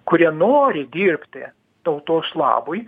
kurie nori dirbti tautos labui